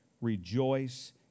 rejoice